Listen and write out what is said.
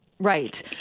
Right